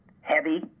heavy